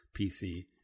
pc